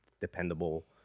dependable